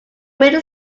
middle